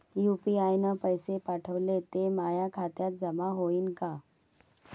UPI न पैसे पाठवले, ते माया खात्यात जमा होईन का?